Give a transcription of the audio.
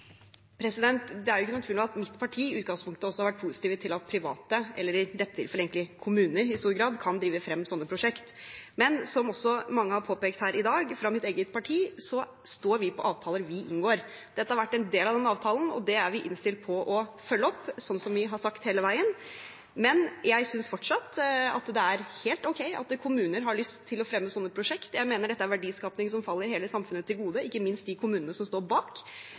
Det er jo ikke noen tvil om at mitt parti i utgangspunktet også har vært positive til at private – eller i dette tilfellet egentlig kommuner, i stor grad – kan drive frem slike prosjekter, men som også mange har påpekt her i dag fra mitt eget parti, står vi på avtaler vi inngår. Dette har vært en del av den avtalen, og det er vi innstilt på å følge opp, slik som vi har sagt hele veien, men jeg synes fortsatt at det er helt ok at kommuner har lyst til å fremme slike prosjekter. Jeg mener dette er verdiskaping som kommer hele samfunnet til gode, ikke minst de kommunene som står bak.